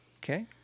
Okay